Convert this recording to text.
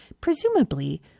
Presumably